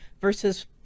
versus